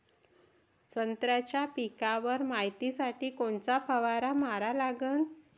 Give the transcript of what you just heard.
संत्र्याच्या पिकावर मायतीसाठी कोनचा फवारा मारा लागन?